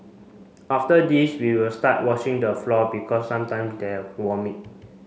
after this we will start washing the floor because sometime there vomit